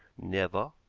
never.